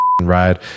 ride